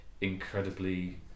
incredibly